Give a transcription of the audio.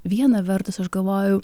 viena vertus aš galvoju